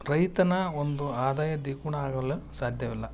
ರೈತನ ಒಂದು ಆದಾಯ ದ್ವಗುನ ಆಗೋಲ್ಲ ಸಾಧ್ಯವಿಲ್ಲ